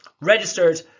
registered